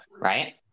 right